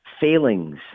failings